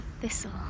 Thistle